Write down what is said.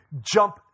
jump